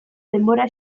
denbora